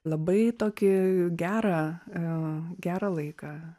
labai tokį gerą gerą laiką